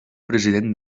president